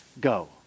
go